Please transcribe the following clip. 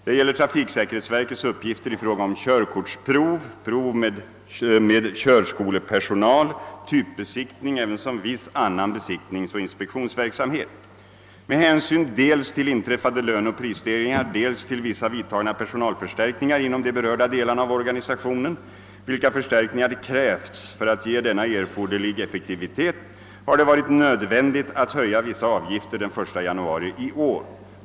Det gäller trafiksäkerhetsverkets uppgifter i fråga om körkortsprov, prov med körskolepersonal, typbesiktning ävensom viss annan besiktningsoch inspektionsverksamhet. Med hänsyn dels till inträffade löneoch prisstegringar, dels till vissa vidtagna personalförstärkningar inom de berörda delarna av organisationen — vilka förstärkningar krävts för att ge denna erforderlig effektivitet — har det varit nödvändigt att höja vissa avgifter den 1 januari i år.